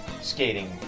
skating